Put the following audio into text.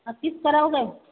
आप किस्त कराओगे